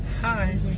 Hi